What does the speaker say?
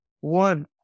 One